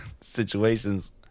situations